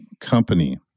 Company